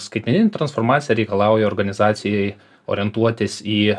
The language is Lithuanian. skaitmeninė transformacija reikalauja organizacijai orientuotis į